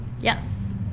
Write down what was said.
Yes